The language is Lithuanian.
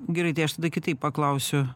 gerai tai aš tada kitaip paklausiu